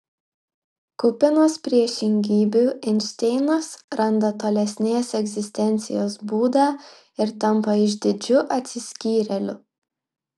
kupinas priešingybių einšteinas randa tolesnės egzistencijos būdą ir tampa išdidžiu atsiskyrėliu